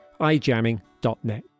ijamming.net